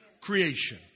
creation